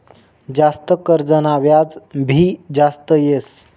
जास्त कर्जना व्याज भी जास्त येस